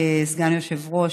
כסגן יושב-ראש,